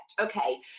Okay